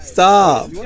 Stop